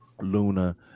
Luna